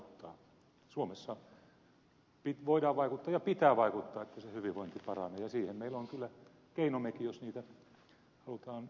suomessa voidaan vaikuttaa ja pitää vaikuttaa että se hyvinvointi paranee ja siihen meillä on kyllä keinommekin jos niitä halutaan riittävästi käyttää